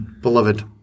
beloved